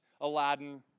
Aladdin